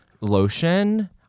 lotion